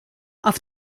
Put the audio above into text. auf